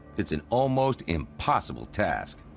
it's an almost impossible task.